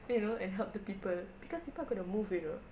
you know and help the people cause people are going to move you know